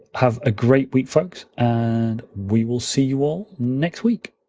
have a great week, folks, and we will see you all next week.